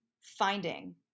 finding